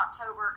October